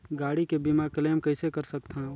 गाड़ी के बीमा क्लेम कइसे कर सकथव?